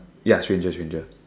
ya stranger stranger